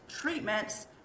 treatments